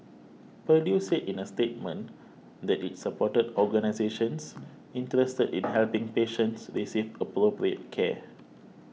purdue said in a statement that it supported organisations interested in helping patients receive appropriate care